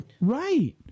Right